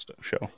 show